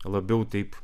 labiau taip